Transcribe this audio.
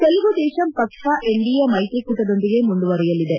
ತೆಲುಗು ದೇಶಂ ಪಕ್ಷ ಎನ್ಡಿಎ ಮ್ಲೆತ್ರಿಕೂಟದೊಂದಿಗೆ ಮುಂದುವರೆಯಲಿದೆ